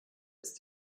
ist